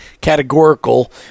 categorical